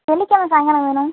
வெள்ளிக்கிழம சாயங்காலம் வேணும்